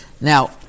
Now